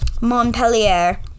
Montpellier